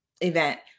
event